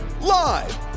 Live